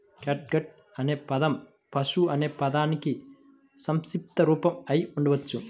catgut అనే పదం పశువు అనే పదానికి సంక్షిప్త రూపం అయి ఉండవచ్చు